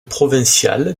provinciale